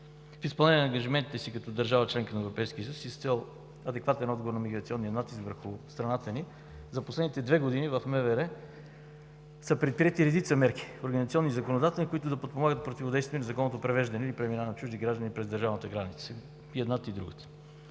В изпълнение на ангажиментите си като държава – членка на Европейския съюз и с цел адекватен отговор на миграционния натиск върху страната ни, за последните две години в МВР са предприети редица мерки – организационни и законодателни, които да подпомагат и противодействат на незаконното превеждане или преминаване на чужди граждани през държавната граница – и едната и другата,